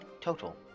total